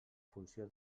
funció